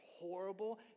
horrible